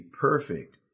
perfect